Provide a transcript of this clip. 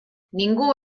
ningú